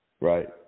right